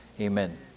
Amen